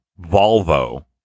Volvo